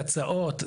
תוצאות,